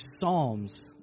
psalms